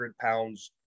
pounds